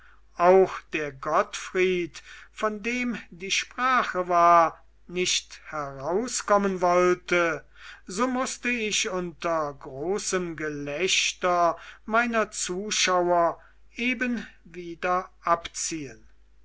auch der gottfried von dem die sprache war nicht herauskommen wollte so mußte ich unter großem gelächter meiner zuschauer eben wieder abziehen